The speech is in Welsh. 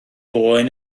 boen